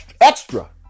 extra